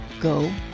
Go